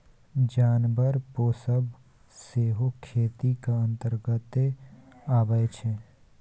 जानबर पोसब सेहो खेतीक अंतर्गते अबै छै